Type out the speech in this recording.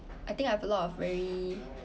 I think I have a lot of very